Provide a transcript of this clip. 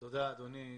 תודה, אדוני.